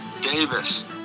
davis